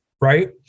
Right